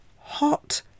Hot